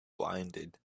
blinded